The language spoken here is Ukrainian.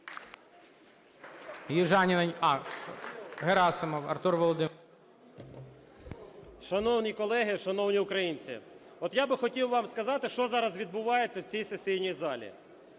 Шановні колеги, шановні українці! От я би хотів вам сказати, що зараз відбувається в цій сесійній залі.